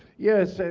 yes,